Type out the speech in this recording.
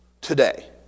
today